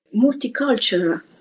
multicultural